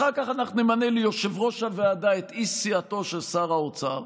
אחר כך אנחנו נמנה ליושב-ראש הוועדה את איש סיעתו של שר האוצר,